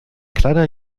kleiner